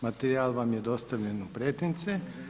Materijal vam je dostavljen u pretince.